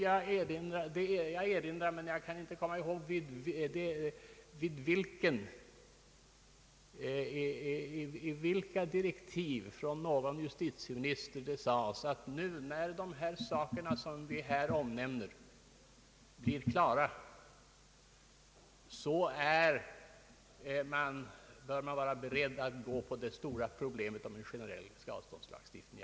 Jag erinrar mig — men jag kan inte komma ihåg i vilka direktiv från någon justitieminister — att det vid ett tillfälle sades att när nu de frågor som vi här omnämner blir klara, så bör man vara beredd att ta upp problemet om en generell skadeståndslagstiftning.